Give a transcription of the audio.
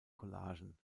collagen